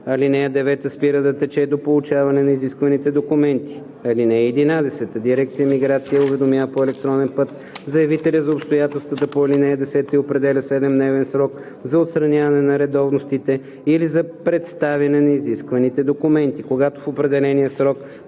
по ал. 9 спира да тече до получаване на изискваните документи. (11) Дирекция „Миграция“ уведомява по електронен път заявителя за обстоятелствата по ал. 10 и определя 7-дневен срок за отстраняване на нередовностите или за представяне на изискваните документи. Когато в определения срок